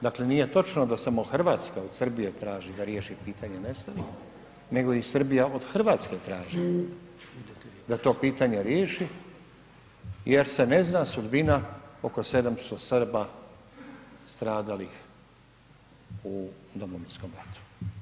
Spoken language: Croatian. Dakle nije točno da samo Hrvatska od Srbije traži da riješi pitanje nestalih, nego i Srbija od Hrvatske traži da to pitanje riješi jer se ne zna sudbina oko 700 Srba stradalih u Domovinskom ratu.